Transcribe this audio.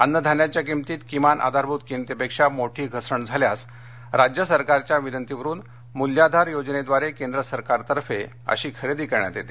अन्नधान्याच्या किमतीत किमान आधारभूत किमतीपेक्षा मोठी घसरण झाल्यास राज्य सरकारच्या विनंतीवरून मूल्याधार योजनेद्वारे केंद्र सरकारतर्फे अशी खरेदी करण्यात येते